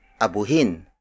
Abuhin